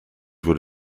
would